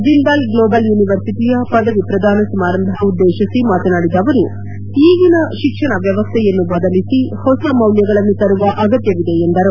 Jindal global ಯೂನಿವರ್ಸಿಟಿಯ ಪದವಿ ಪ್ರದಾನ ಸಮಾರಂಭ ಉದ್ದೇಶಿಸಿ ಮಾತನಾಡಿದ ಅವರು ಈಗಿನ ಶಿಕ್ಷಣ ವ್ಯವಸ್ಥೆಯನ್ನು ಬದಲಿಸಿ ಹೊಸ ಮೌಲ್ಯಗಳನ್ನು ತರುವ ಅಗತ್ಯವಿದೆ ಎಂದರು